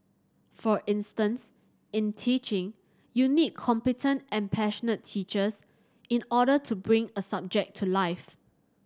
for instance in teaching you need competent and passionate teachers in order to bring a subject to life